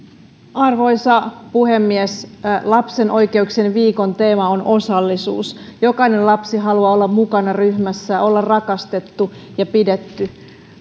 arvoisa puhemies lapsen oikeuksien viikon teema on osallisuus jokainen lapsi haluaa olla mukana ryhmässä olla rakastettu ja pidetty